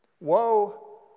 woe